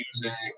music